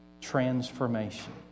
transformation